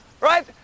right